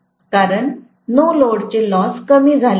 कारण नो लोडचे लॉस कमी झाले आहे